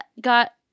got